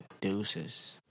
Deuces